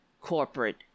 corporate